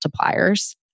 multipliers